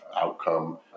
outcome